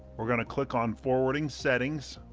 we're gonna click on forwarding settings